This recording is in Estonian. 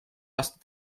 aasta